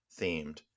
themed